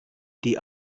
die